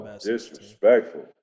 disrespectful